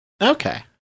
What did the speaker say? Okay